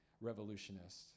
Revolutionist